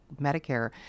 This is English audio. Medicare